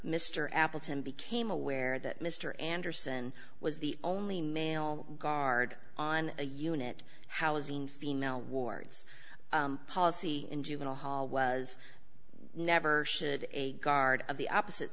mr appleton became aware that mr anderson was the only male guard on a unit housing female wards policy in juvenile hall was never should a guard of the opposite